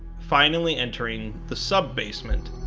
finally entering the sub-basement.